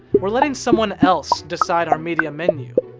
we're letting someone else decide our media menu.